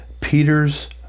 Peter's